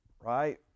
Right